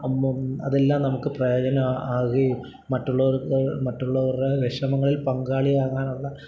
അപ്പം അതെല്ലാം നമുക്ക് പ്രയോജനമാകുകയും മറ്റുള്ളവർക്ക് മറ്റുള്ളവരുടെ വിഷമങ്ങളിൽ പങ്കാളിയാകാനുള്ള